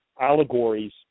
allegories